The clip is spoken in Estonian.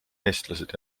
eestlased